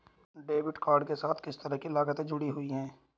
Debit card के साथ किस तरह की लागतें जुड़ी हुई हैं?